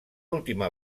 última